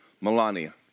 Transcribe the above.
Melania